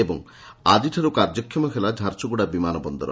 ଏବଂ ଆଜିଠାର୍ କାର୍ଯ୍ୟକ୍ଷମ ହେଲା ଝାରସୁଗୁଡ଼ା ବିମାନ ବନ୍ଦର